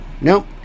nope